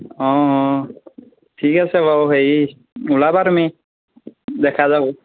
অঁ অঁ ঠিক আছে বাৰু হেৰি ওলাবা তুমি দেখা যাব